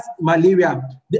malaria